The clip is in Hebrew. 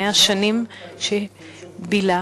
100 שנים, שאת כולן בילה